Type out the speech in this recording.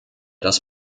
das